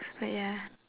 but ya